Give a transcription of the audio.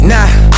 Nah